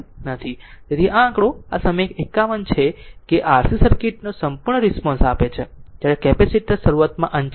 તેથી આ આંકડો આ સમીકરણ 51 એ છે કે RC સર્કિટ નો સંપૂર્ણ રિસ્પોન્સ આપે છે જ્યારે કેપેસિટર શરૂઆતમાં અનચાર્જ છે